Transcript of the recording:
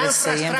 נא לסיים,